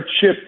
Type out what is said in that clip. chip